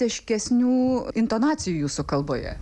aiškesnių intonacijų jūsų kalboje